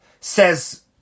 says